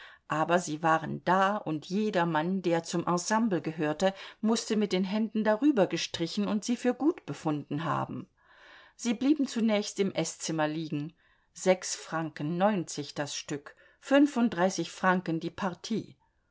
aber sie waren da und jedermann der zum ensemble gehörte mußte mit den händen drübergestrichen und sie für gut befunden haben sie blieben zunächst im eßzimmer liegen sechs franken neunzig das stück fünfunddreißig franken die partie